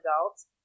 adults